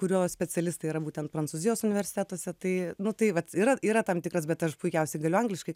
kurios specialistai yra būtent prancūzijos universitetuose tai nu tai vat yra yra tam tikras bet aš puikiausiai galiu angliškai